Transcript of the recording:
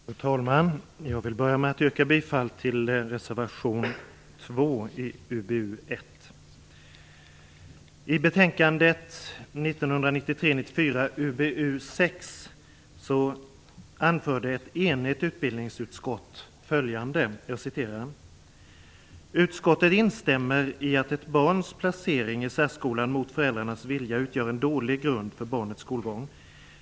Fru talman! Jag vill börja med att yrka bifall till reservation 2 i UbU1. I betänkandet 1993/94:UbU6 anförde ett enigt utbildningsutskott följande: "Utskottet instämmer i - att ett barns placering i särskolan mot föräldrarnas vilja utgör en dålig grund för barnets skolgång.